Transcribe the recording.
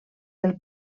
del